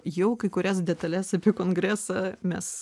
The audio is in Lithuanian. jau kai kurias detales apie kongresą mes